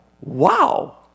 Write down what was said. Wow